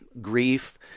grief